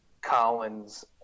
Collins